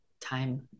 time